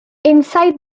inside